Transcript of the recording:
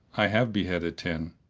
i have beheaded ten.